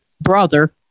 brother